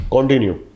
Continue